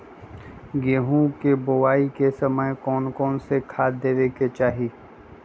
गेंहू के बोआई के समय कौन कौन से खाद देवे के चाही?